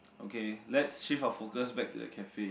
okay let's shift our focus back to the cafe